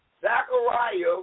Zachariah